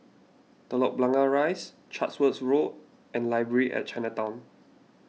Telok Blangah Rise Chatsworth Road and Library at Chinatown